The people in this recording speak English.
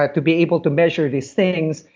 like to be able to measure these things,